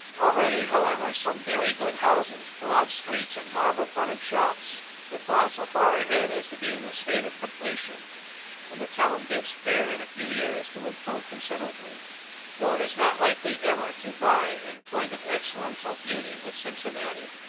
already, however, some very good houses, broad streets, and marble-fronted shops, have gone so far ahead as to be in a state of completion and the town bids fair in a few years to improve considerably though it is not likely ever to vie, in point of elegance or beauty, with cincinnati.